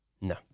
No